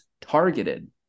targeted